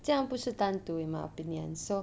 这样不是单独 in my opinion so